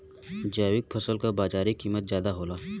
जैविक फसल क बाजारी कीमत ज्यादा होला